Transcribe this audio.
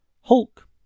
Hulk